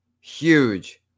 huge